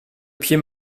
pied